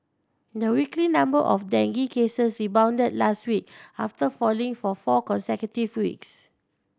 the weekly number of dengue cases rebounded last week after falling for four consecutive weeks